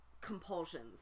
compulsions